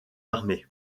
armées